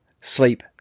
sleep